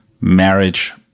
marriage